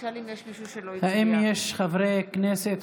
האם יש חברי כנסת,